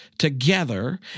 together